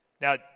Now